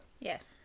yes